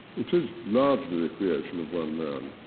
it is largely the creation of one man,